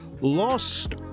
lost